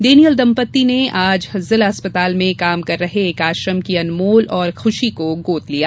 Daniel दंपत्ति ने आज जिला अस्पताल में काम कर रहे एक आश्रम की अनमोल और खुशी को गोद लिया